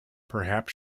perhaps